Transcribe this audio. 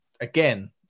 Again